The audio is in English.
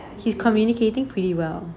he's communicating pretty well